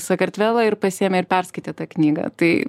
sakartvelą ir pasiėmė ir perskaitė tą knygą tai